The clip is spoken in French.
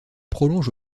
prolonge